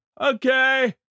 okay